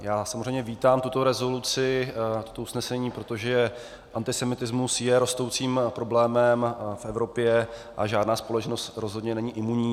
Já samozřejmě vítám tuto rezoluci, to usnesení, protože antisemitismus je rostoucím problémem v Evropě a žádná společnost rozhodně není imunní.